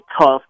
tough